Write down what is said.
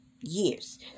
years